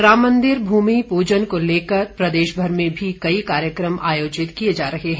इधर राम मंदिर भूमि पूजन को लेकर प्रदेश भर में भी कई कार्यक्रम आयोजित किए जा रहे हैं